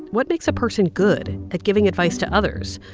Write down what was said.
what makes a person good at giving advice to others?